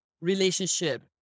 relationship